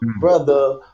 brother